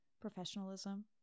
professionalism